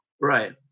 Right